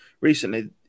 recently